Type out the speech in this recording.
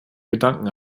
gedanken